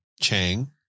Chang